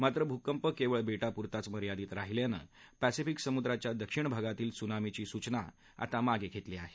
मात्र भुकंप केवळ बेटापुरताच मर्यादित राहिल्यानं अमेरिकनं पॅसिफीक समुद्राच्या दक्षिण भागातील ल्सुनामीची सूचनाही मागे घेतली आहे